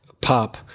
pop